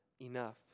enough